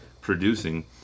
producing